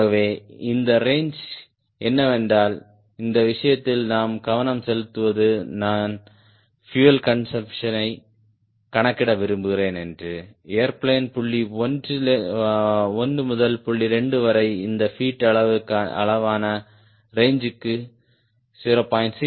ஆகவே இந்த ரேஞ்சு என்னவென்றால் இந்த விஷயத்தில் நாம் கவனம் செலுத்துவது நான் பியூயல் கன்சம்ப்ஷனை கணக்கிட விரும்புகிறேன் என்று ஏர்பிளேன் புள்ளி 1 முதல் புள்ளி 2 வரை இந்த பீட் அளவான ரேஞ்சுக்கு 0